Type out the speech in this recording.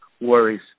worries